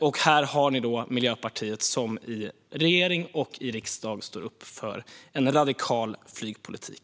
Och här har ni Miljöpartiet, som i regering och riksdag står upp för en radikal flygpolitik.